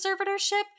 conservatorship